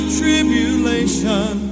tribulation